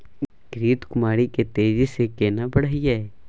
घृत कुमारी के तेजी से केना बढईये?